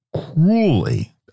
cruelly